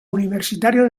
universitario